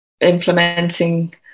implementing